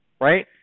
right